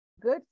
good